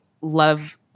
love